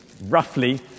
roughly